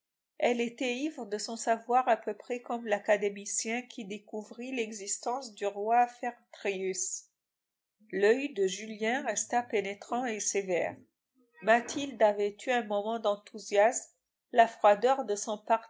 elle était ivre de son savoir à peu près comme l'académicien qui découvrit l'existence du roi feretrius l'oeil de julien resta pénétrant et sévère mathilde avait eu un moment d'enthousiasme la froideur de son